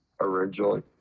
originally